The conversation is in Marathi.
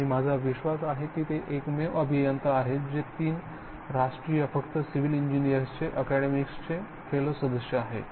आणि माझा विश्वास आहे की ते एकमेव अभियंता आहेत जे तीन रास्ट्रिय फक्त सिव्हिल इंजिनियरचे आक्यडमिक्सचे फेलो सदस्य आहेत